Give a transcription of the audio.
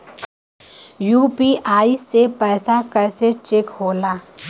UPI से पैसा कैसे चेक होला?